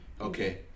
Okay